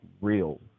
real